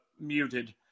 muted